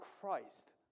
Christ